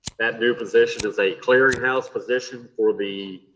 that new position is a clearinghouse position for the